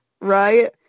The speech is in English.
Right